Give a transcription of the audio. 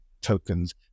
tokens